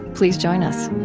please join us